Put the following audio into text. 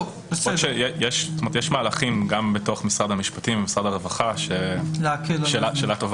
יש מהלכים גם בתוך משרד המשפטים ובמשרד הרווחה של הטבה.